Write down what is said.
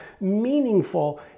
meaningful